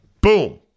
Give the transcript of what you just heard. Boom